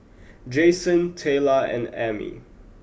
Jayson Tayla and Ami